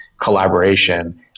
collaboration